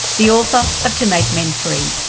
the author of to make men free.